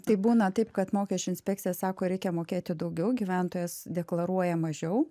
tai būna taip kad mokesčių inspekcija sako reikia mokėti daugiau gyventojas deklaruoja mažiau